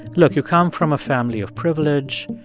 look, you come from a family of privilege.